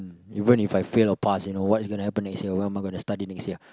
even If I fail or pass you know what is going to happen next year what am I gonna study next year